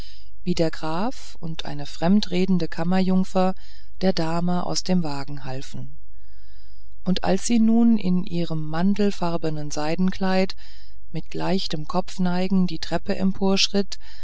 wie der graf und eine fremd redende kammerjungfer der dame aus dem wagen halfen und als sie nun in ihrem mandelfarbenen seidenkleide mit leichtem kopfneigen die treppe